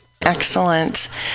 excellent